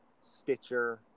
Stitcher